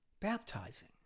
Baptizing